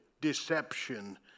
deception